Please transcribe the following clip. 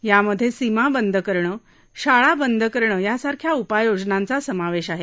यामधे सीमा बंद करणं शाळा बंद करणं यासारख्या उपाययोजनांचा समावेश आहे